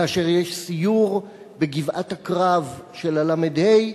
כאשר יש סיור בגבעת הקרב של הל"ה,